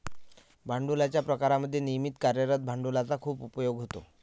भांडवलाच्या प्रकारांमध्ये नियमित कार्यरत भांडवलाचा खूप उपयोग होतो